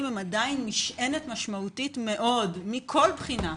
הם עדיין משענת משמעותית מאוד מכל בחינה,